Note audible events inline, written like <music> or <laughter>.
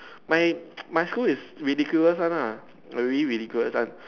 my <noise> my school is ridiculous one lah really ridiculous one